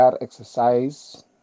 exercise